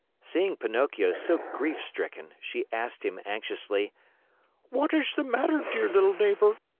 seeing pinocchio so grief-stricken, she asked him anxiously what is the matter, dear little neighbor?